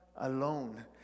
alone